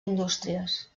indústries